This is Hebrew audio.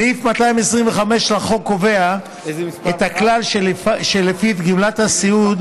סעיף 225 לחוק קובע את הכלל שלפיו גמלת הסיעוד